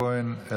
כהן,